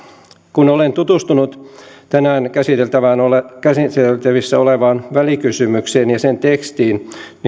kun olen tutustunut tänään käsiteltävänä olevaan välikysymykseen ja sen tekstiin